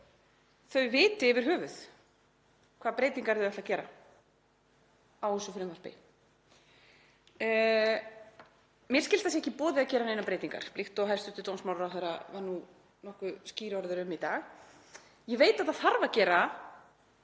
þau viti yfir höfuð hvaða breytingar þau ætla að gera á frumvarpinu. Mér skilst að það sé ekki í boði að gera neinar breytingar, líkt og hæstv. dómsmálaráðherra var nú nokkuð skýrorður um í dag. Ég veit að það þarf að gera